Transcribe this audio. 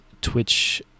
twitch-